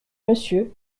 monsieur